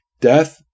Death